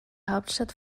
hauptstadt